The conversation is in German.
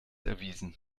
erwiesen